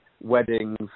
Weddings